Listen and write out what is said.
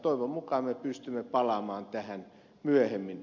toivon mukaan me pystymme palaamaan tähän myöhemmin